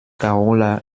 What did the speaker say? karola